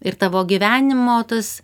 ir tavo gyvenimo tas